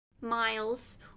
miles